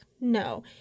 No